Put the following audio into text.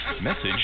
Message